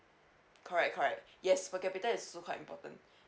correct correct yes per capita is also quite important